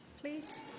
please